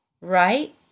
right